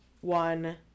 one